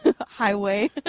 highway